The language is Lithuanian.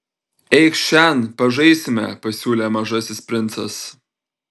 eikš šen pažaisime pasiūlė mažasis princas